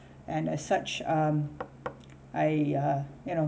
and as such um !aiya! you know